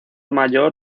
mayor